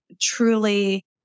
truly